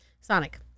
Sonic